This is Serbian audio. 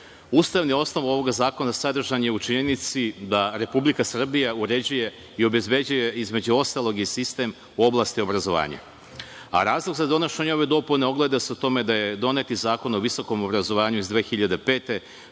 osnov ovog zakona sadržan je u činjenici da Republika Srbija uređuje i obezbeđuje između ostalog i sistem u oblasti obrazovanja. Razlog za donošenje ove dopune se ogleda u tome da je doneti Zakon o visokom obrazovanju iz 2005.